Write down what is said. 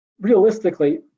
Realistically